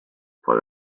for